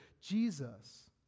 Jesus